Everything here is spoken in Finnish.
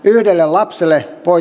lapsen